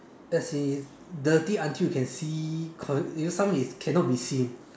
as in it dirty until you can see co~ you know some is can not be seen